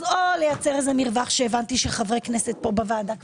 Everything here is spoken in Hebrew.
אז או לייצר מרווח שהבנתי שחברי כנסת בוועדה פה